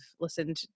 listened